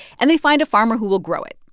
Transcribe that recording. and they find a farmer who will grow it.